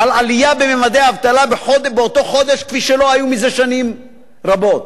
על עלייה בממדי האבטלה באותו חודש כפי שלא היו מזה שנים רבות.